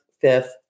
fifth